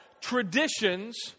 traditions